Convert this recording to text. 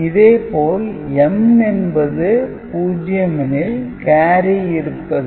இதே போல் M என்பது 0 எனில் கேரி இருப்பது